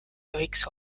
tohiks